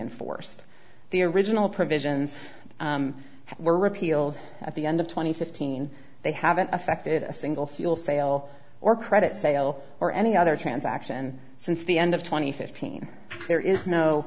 enforced the original provisions were repealed at the end of two thousand and fifteen they haven't affected a single fuel sale or credit sale or any other transaction since the end of twenty fifteen there is no